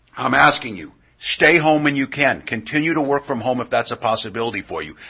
i'm asking you, stay home when you can. continue to work from home if that's a possibility for you.